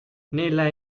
nella